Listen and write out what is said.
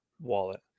wallet